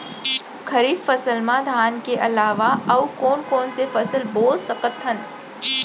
खरीफ फसल मा धान के अलावा अऊ कोन कोन से फसल बो सकत हन?